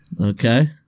Okay